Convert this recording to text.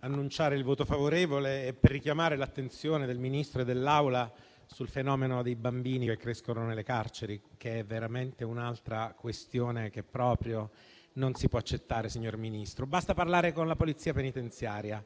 annunciare il voto favorevole e per richiamare l'attenzione del Ministro e dell'Assemblea sul fenomeno dei bambini che crescono nelle carceri; questa è veramente un'altra questione che proprio non si può accettare, signor Ministro. Basta parlare con la Polizia penitenziaria,